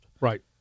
right